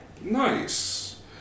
Nice